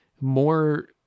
more